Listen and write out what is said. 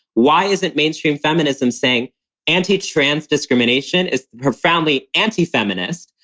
why isn't mainstream feminism saying anti trans discrimination is profoundly anti feminist?